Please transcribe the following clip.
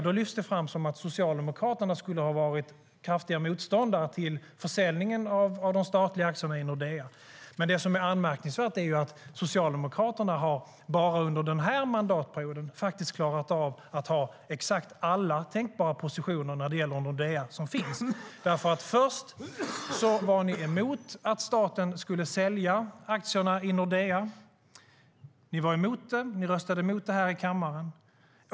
Det lyfts fram som att Socialdemokraterna skulle ha varit kraftiga motståndare till försäljningen av de statliga aktierna i Nordea. Det anmärkningsvärda är att Socialdemokraterna bara under innevarande mandatperiod faktiskt har klarat av att inneha samtliga tänkbara positioner vad gäller Nordea. Först var de emot att staten skulle sälja aktierna i Nordea. De röstade emot det i kammaren.